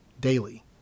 daily